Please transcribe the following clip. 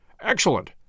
Excellent